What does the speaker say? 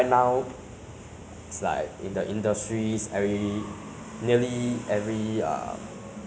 so when you look at the all those ah television series movies